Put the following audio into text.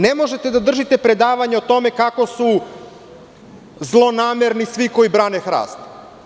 Ne možete da držite predavanje o tome kako su zlonamerni svi koji brane hrast.